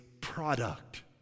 product